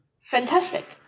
fantastic